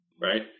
right